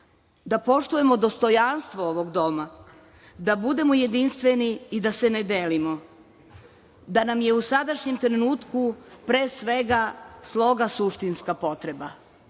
da poštujemo dostojanstvo ovog doma, da budemo jedinstveni i da se ne delimo, da nam je u sadašnjem trenutku pre svega sloga suštinska potreba. Koristim